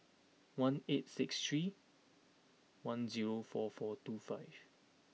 one eight six three one zero four four two five